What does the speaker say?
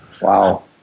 Wow